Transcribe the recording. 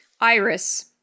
Iris